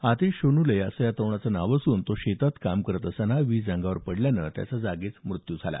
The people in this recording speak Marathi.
आतीष सोनुले असं या तरुणाचं नाव असून तो शेतात काम करत असताना वीज अंगावर पडल्यानं त्याचा जागीच मृत्यू झाला